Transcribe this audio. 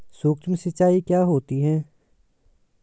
सुक्ष्म सिंचाई क्या होती है?